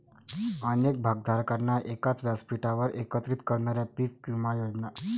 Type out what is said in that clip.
अनेक भागधारकांना एकाच व्यासपीठावर एकत्रित करणाऱ्या पीक विमा योजना